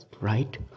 right